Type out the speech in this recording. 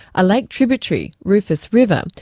a lake tributary, rufus river,